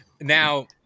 Now